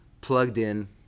plugged-in